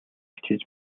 хичээж